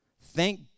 Thank